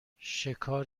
شکار